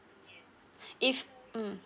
if mm